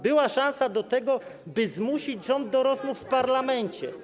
Była szansa na to, by zmusić rząd do rozmów w parlamencie.